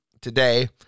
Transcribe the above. today